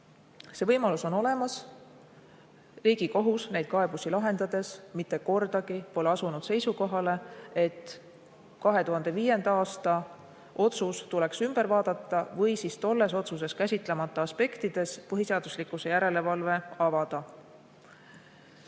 See võimalus on olemas. Riigikohus pole neid kaebusi lahendades mitte kordagi asunud seisukohale, et 2005. aasta otsus tuleks ümber vaadata või siis tolles otsuses käsitlemata aspektides põhiseaduslikkuse järelevalve avada. Olen